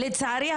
לצערי,